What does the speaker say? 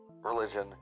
religion